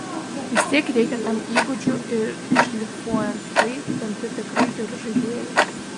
vistiek reikia tam įgūdžių ir šlifuojant tai tampi tikrai geru žaidėju